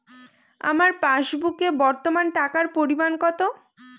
আমার পাসবুকে বর্তমান টাকার পরিমাণ কত?